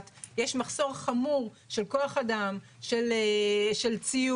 יש מחסור חמור של כוח אדם; של ציוד,